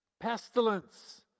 pestilence